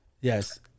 Yes